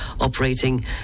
operating